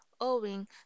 owing